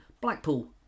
Blackpool